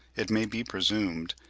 it may be presumed,